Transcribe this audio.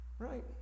Right